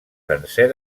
sencer